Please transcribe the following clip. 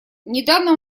недавно